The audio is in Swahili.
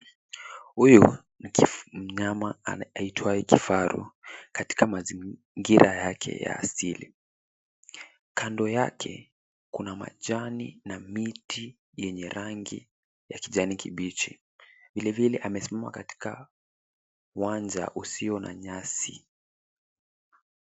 Huyu ni mnyama aitwaye kifaru katika mazingira yake ya asili. Kando yake kuna majani na miti yenye rangi ya kijani kibichi. Vile vile amesimama katika uwanja usio na nyasi.